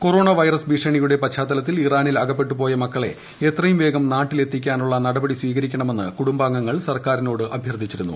corona virus ഭീഷണിയുടെ പശ്ചാത്തലത്തിൽ ഇറാനിൽ അക്പ്പെട്ട് പോയ മക്കളെ എത്രയും വേഗം നാട്ടിൽ എത്തിക്കാന്മൂള്ള നുടപടികൾ സ്വീകരിക്കണമെന്ന് കുടുംബാംഗങ്ങൾ സർക്കാരിനോട് അഭ്യർത്ഥിച്ചിരുന്നു